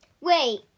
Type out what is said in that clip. Wait